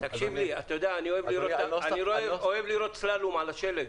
תקשיב לי, אני אוהב לראות סלאלום על השלג.